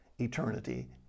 eternity